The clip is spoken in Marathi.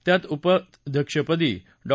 त्यात उपाध्यक्षपदी डॉ